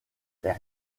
est